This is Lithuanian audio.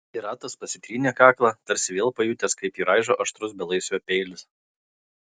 piratas pasitrynė kaklą tarsi vėl pajutęs kaip jį raižo aštrus belaisvio peilis